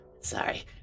Sorry